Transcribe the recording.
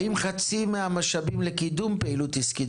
האם חצי מהמשאבים לקידום פעילות עסקית